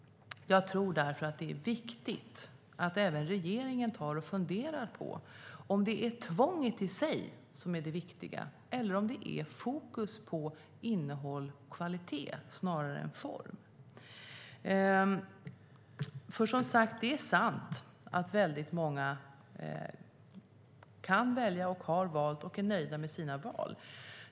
Jag tror därför att det är viktigt att även regeringen tar och funderar på om det är tvånget i sig som är det viktiga, eller om det är fokus på innehåll och kvalitet snarare än form. Som sagt: Det är sant att många kan välja, har valt och är nöjda med sina val.